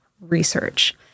research